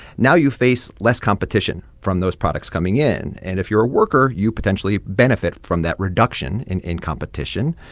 now you face less competition from those products coming in. and if you're a worker, you potentially benefit from that reduction in in competition.